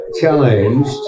challenged